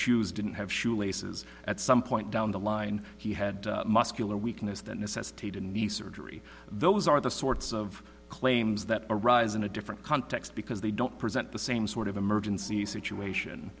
shoes didn't have shoelaces at some point down the line he had muscular weakness that necessitated a nice surgery those are the sorts of claims that arise in a different context because they don't present the same sort of emergency situation